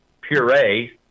puree